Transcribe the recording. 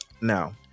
now